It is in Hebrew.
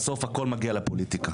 בסוף הכל מגיע לפוליטיקה.